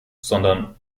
sondern